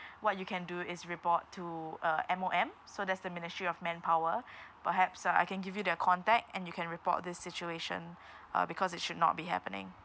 what you can do is report to uh M_O_M so that's the ministry of manpower perhaps uh I can give you their contact and you can report this situation uh because it should not be happening